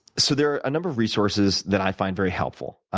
so there are a number of resources that i find very helpful.